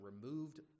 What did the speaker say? removed